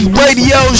radio